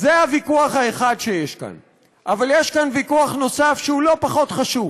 והיא לא נמצאת.